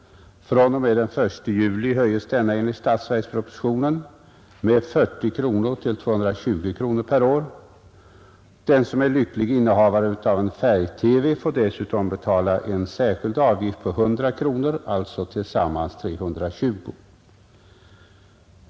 fr.o.m. den 1 juli höjes denna enligt statsverkspropositionen med 40 kronor till 220 kronor per år. Den som är lycklig innehavare av en färg-TV får dessutom betala en särskild avgift på 100 kronor, alltså tillsammans 320 kronor.